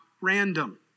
random